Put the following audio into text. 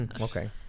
Okay